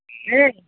দেই